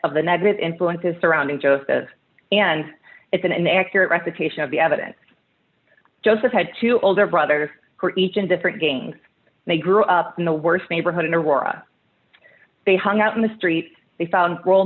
of the negative influences surrounding justice and it's an accurate representation of the evidence joseph had two older brothers each in different games they grew up in the worst neighborhood in aurora they hung out in the streets they found a role